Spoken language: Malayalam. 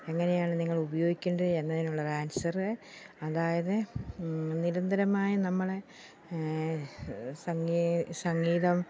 എങ്ങനെയാണ് നിങ്ങൾ ഉപയോഗിക്കേണ്ടത് എന്നതിനുള്ള ഒരു ആൻസർ അതായത് നിരന്തരമായി നമ്മളെ സങ്ങീ സംഗീതം